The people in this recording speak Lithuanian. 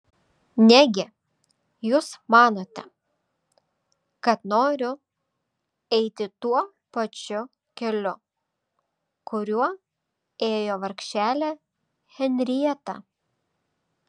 negi jūs manote kad noriu eiti tuo pačiu keliu kuriuo ėjo vargšelė henrieta